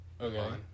Okay